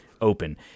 open